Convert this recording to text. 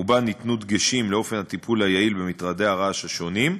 ובה ניתנו דגשים לאופן הטיפול היעיל במטרדי הרעש השונים.